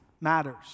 matters